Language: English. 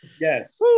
Yes